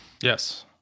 yes